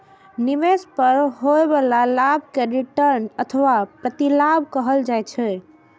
निवेश पर होइ बला लाभ कें रिटर्न अथवा प्रतिलाभ कहल जाइ छै